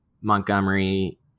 Montgomery